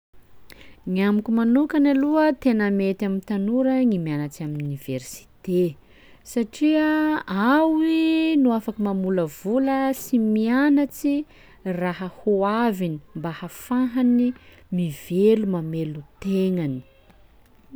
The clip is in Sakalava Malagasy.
Ny amiko manokany aloha tena mety amin'ny tanora gny mianatsy amy amin'oniversite satria ao i no afaky mamolavola sy mianatsy raha ho aviny mba hafahany mivelo mamelon-tegnany.